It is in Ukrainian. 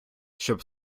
щоб